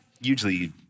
usually